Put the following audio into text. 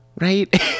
right